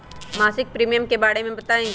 मासिक प्रीमियम के बारे मे बताई?